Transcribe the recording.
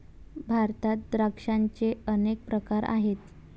भारतात द्राक्षांचे अनेक प्रकार आहेत